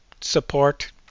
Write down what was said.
support